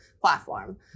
platform